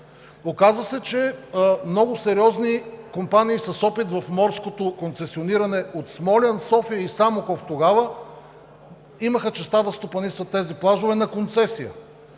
Оказа се, че много сериозни компании с опит в морското концесиониране от Смолян, София и Самоков тогава имаха честта да стопанисват тези плажове на концесия.